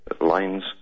lines